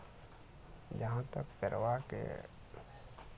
जहाँ तक परबाके